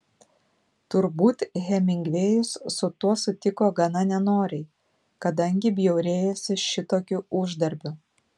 turbūt hemingvėjus su tuo sutiko gana nenoriai kadangi bjaurėjosi šitokiu uždarbiu